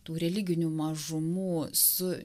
tų religinių mažumų su